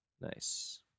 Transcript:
Nice